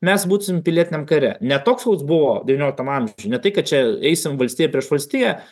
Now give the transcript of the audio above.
mes būsim pilietiniam kare ne toks koks buvo devynioliktam amžiuj ne tai kad čia eisim valstija prieš valstiją